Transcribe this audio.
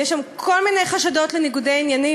ויש שם כל מיני חשדות לניגודי עניינים,